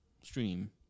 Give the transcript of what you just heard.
stream